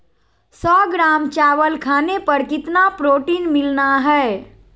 सौ ग्राम चावल खाने पर कितना प्रोटीन मिलना हैय?